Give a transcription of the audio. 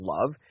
Love